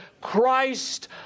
Christ